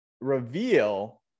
reveal